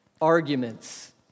Arguments